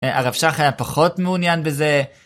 הרב שחר היה פחות מעוניין בזה.